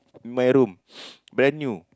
in my room brand new